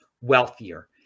wealthier